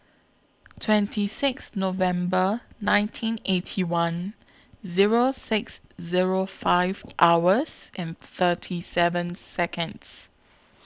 twenty six November nineteen Eighty One Zero six Zero five hours and thirty seven Seconds